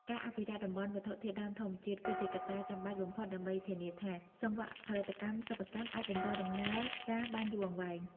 ការអភិរក្សតំបន់វត្ថុធាតុដើមធម្មជាតិ គឺជាកត្តាចាំបាច់បំផុតដើម្បីធានាថា សង្វាក់ផលិតកម្មសិប្បកម្មអាចបន្តដំណើរការបានយូរអង្វែង។